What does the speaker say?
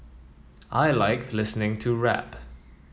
I like listening to rap